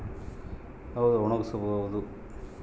hemp ಗಿಡಗಳನ್ನು ಒಣಗಸ್ತರೆ